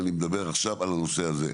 אני מדבר עכשיו על הנושא הזה.